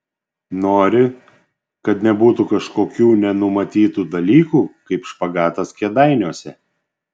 nori kad nebūtų kažkokių nenumatytų dalykų kaip špagatas kėdainiuose